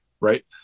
right